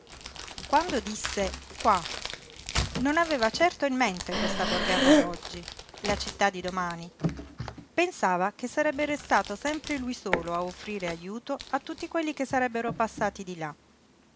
quando disse qua non aveva certo in mente questa borgata d'oggi la città di domani pensava che sarebbe restato sempre lui solo a offrire ajuto a tutti quelli che sarebbero passati di là